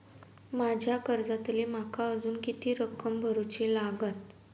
माझ्या कर्जातली माका अजून किती रक्कम भरुची लागात?